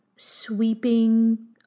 Sweeping